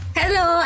hello